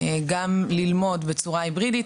גם ללמוד בצורה היברידית,